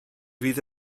fydd